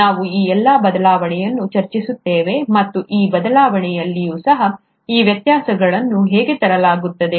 ನಾವು ಈ ಬದಲಾವಣೆಯನ್ನು ಚರ್ಚಿಸುತ್ತೇವೆ ಮತ್ತು ಈ ಬದಲಾವಣೆಯಲ್ಲಿಯೂ ಸಹ ಈ ವ್ಯತ್ಯಾಸಗಳನ್ನು ಹೇಗೆ ತರಲಾಗುತ್ತದೆ